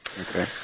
Okay